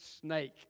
snake